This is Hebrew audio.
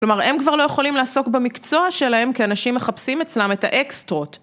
כלומר, הם כבר לא יכולים לעסוק במקצוע שלהם כאנשים מחפשים אצלם את האקסטרות.